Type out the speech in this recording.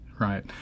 right